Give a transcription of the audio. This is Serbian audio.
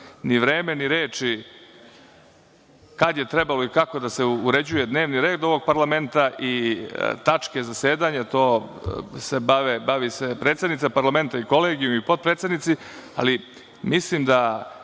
ni vreme, ni reči kad je trebalo i kako da se uređuje dnevni red ovog parlamenta i tačke zasedanja, time se bavi predsednica parlamenta i kolegijum i potpredsednici, ali mislim da